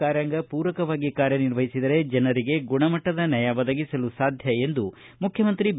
ಕಾರ್ಯಾಂಗ ಪೂರಕವಾಗಿ ಕಾರ್ಯನಿರ್ವಹಿಸಿದರೆ ಜನರಿಗೆ ಗುಣಮಟ್ಟದ ನ್ಯಾಯ ಒದಗಿಸಲು ಸಾಧ್ಯ ಎಂದು ಮುಖ್ಯಮಂತ್ರಿ ಬಿ